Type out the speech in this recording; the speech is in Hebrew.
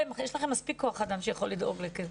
יש לכם מספיק כוח אדם שיכול לדאוג לזה,